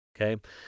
Okay